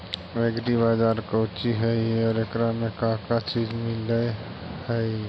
Agri बाजार कोची हई और एकरा में का का चीज मिलै हई?